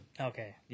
Okay